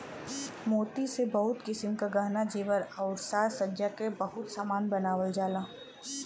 मोती से बहुत किसिम क गहना जेवर आउर साज सज्जा के बहुत सामान बनावल जाला